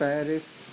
Paris